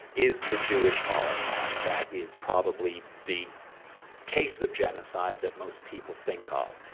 is the jewish holocaust. that is probably the case of genocide that most people think of.